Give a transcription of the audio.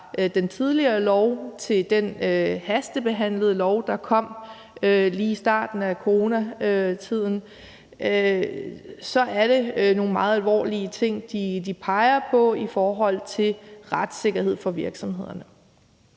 den tidligere lov til den hastebehandlede lov, der kom lige i starten af coronatiden, kan vi se, at det er nogle meget alvorlige ting, de peger på, i forhold til retssikkerheden for virksomhederne.